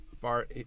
Bar